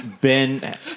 Ben